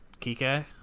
kike